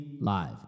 live